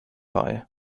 bei